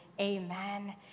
amen